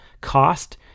cost